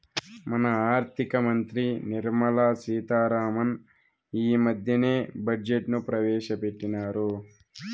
మన ఆర్థిక మంత్రి నిర్మలా సీతా రామన్ ఈ మద్దెనే బడ్జెట్ ను ప్రవేశపెట్టిన్నారు